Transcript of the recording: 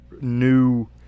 new